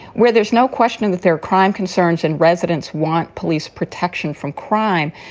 where there's no question and that their crime concerns and residents want police protection from crime,